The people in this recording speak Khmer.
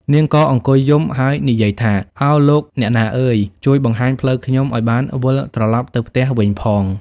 នាងក៏អង្គុយយំ ហើយនិយាយថា ឱលោកអ្នកណាអើយ ជួយបង្ហាញផ្លូវខ្ញុំ ឱ្យបានវិលត្រឡប់ទៅផ្ទះវិញផង ។